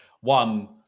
one